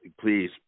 Please